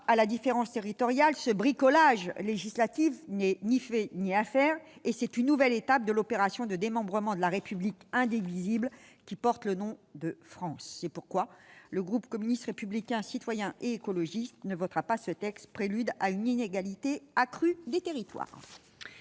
à la différence territoriale, ce bricolage législatif, ni fait ni à faire, est une nouvelle étape de l'opération de démembrement de la République indivisible qui porte le nom de France. C'est pourquoi le groupe CRCE ne votera pas ce texte, prélude à une inégalité accrue des territoires.